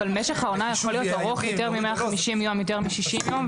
אבל משך העונה יכול להיות ארוך יותר מ-150 יום ויותר מ-60 יום,